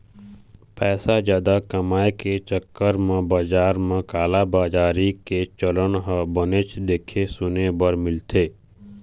पइसा जादा कमाए के चक्कर म बजार म कालाबजारी के चलन ह बनेच देखे सुने बर मिलथे